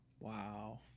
Wow